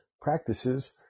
practices